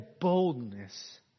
boldness